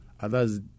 Others